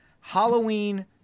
Halloween